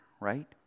Right